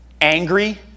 angry